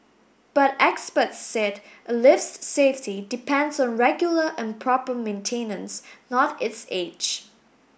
but experts said a lift's safety depends on regular and proper maintenance not its age